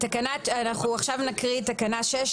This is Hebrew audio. אנחנו עכשיו נקריא את תקנה 6,